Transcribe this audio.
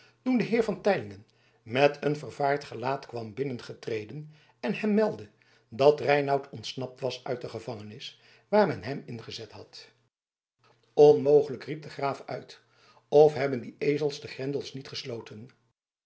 toen de heer van teylingen met een vervaard gelaat kwam binnengetreden en hem meldde dat reinout ontsnapt was uit de gevangenis waar men hem in gezet had onmogelijk riep de graaf uit of hebben die ezels de grendels niet gesloten